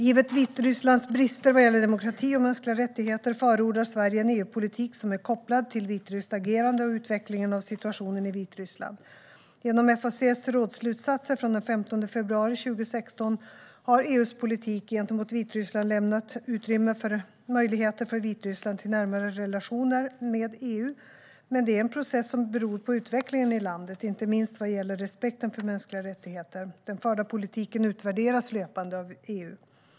Givet Vitrysslands brister vad gäller demokrati och mänskliga rättigheter förordar Sverige en EU-politik som är kopplad till vitryskt agerande och utvecklingen av situationen i Vitryssland. Genom FAC:s rådsslutsatser från den 15 februari 2016 har EU:s politik gentemot Vitryssland lämnat utrymme för möjligheter för Vitryssland till närmare relationer med EU, men det är en process som beror på utvecklingen i landet, inte minst vad gäller respekten för mänskliga rättigheter. Den förda politiken utvärderas löpande av EU.